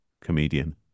comedian